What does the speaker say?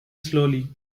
slowly